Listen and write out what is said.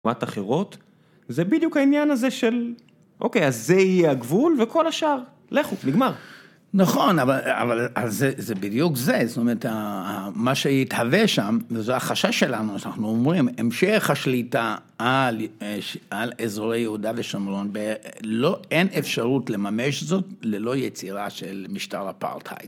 תנועות אחרות, זה בדיוק העניין הזה של, אוקיי, אז זה יהיה הגבול וכל השאר, לכו, נגמר. נכון, אבל זה בדיוק זה, זאת אומרת, מה שהתהווה שם, וזו החשש שלנו, שאנחנו אומרים, המשך השליטה על אזורי יהודה ושומרון, ב... לא... אין אפשרות לממש זאת, ללא יצירה של משטר אפרטהייד.